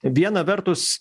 viena vertus